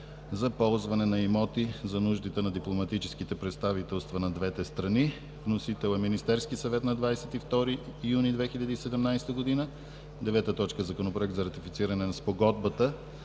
за ползване на имоти за нуждите на дипломатическите представителства на двете страни. Вносител е Министерският съвет на 22 юни 2017 г. 9. Законопроект за ратифициране на Спогодбата